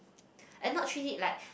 and not treat it like